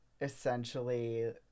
essentially